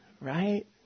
right